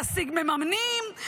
ישיג מממנים,